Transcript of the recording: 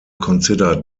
considered